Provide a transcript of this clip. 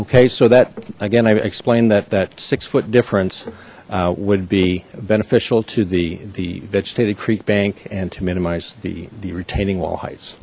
okay so that again i explained that that six foot difference would be beneficial to the the vegetated creek bank and to minimize the the retaining wall heights